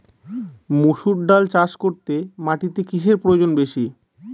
মুসুর ডাল চাষ করতে মাটিতে কিসে প্রয়োজন বেশী?